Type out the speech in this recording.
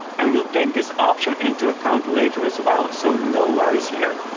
and we'll take this option into account later as well, so no worries here.